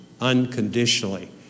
unconditionally